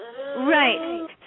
Right